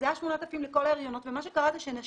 זה היה 8,000 לכל ההריונות, ומה שקרה זה שנשים,